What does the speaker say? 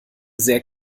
sehr